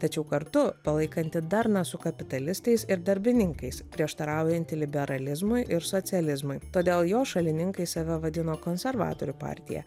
tačiau kartu palaikanti darną su kapitalistais ir darbininkais prieštaraujanti liberalizmui ir socializmui todėl jo šalininkai save vadino konservatorių partija